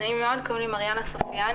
נעים מאוד קוראים לי מריאנה סופיאניק,